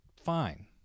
fine